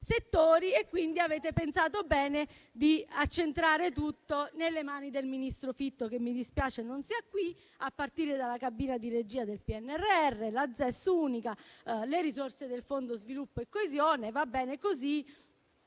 settori, quindi avete pensato bene di accentrare tutto nelle mani del ministro Fitto (che mi dispiace non sia qui), a partire dalla cabina di regia del PNRR, alla ZES unica, alle risorse del Fondo sviluppo e coesione, e va bene così.